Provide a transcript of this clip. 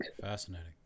Fascinating